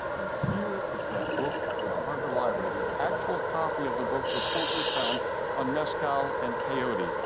and here is that book from the harvard library, the actual copy of the book that schultes found on mescal and peyote.